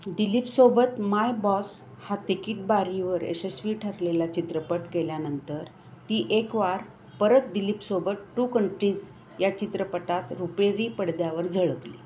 दिलीपसोबत my boss हा तिकीट बारीवर यशस्वी ठरलेला चित्रपट केल्यानंतर ती एकवार परत दिलीपसोबत टू कंट्रीज या चित्रपटात रुपेरी पडद्यावर झळकली